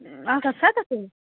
اَکھ ہَتھ سَتتھ